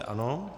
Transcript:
Ano.